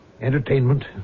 Entertainment